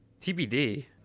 TBD